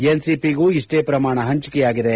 ಎನ್ಸಿಪಿಗೂ ಇಷ್ಷೇ ಪ್ರಮಾಣ ಹಂಚಿಕೆಯಾಗಿದೆ